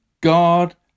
God